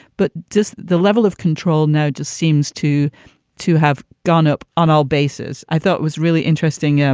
but just the level of control now just seems to to have gone up on all. bases, i thought was really interesting. yeah